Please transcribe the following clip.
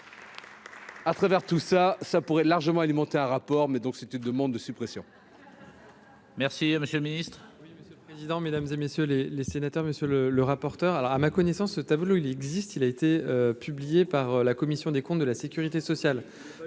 à travers tout ça, ça pourrait largement alimenté un rapport mais donc c'est une demande de suppression.